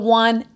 one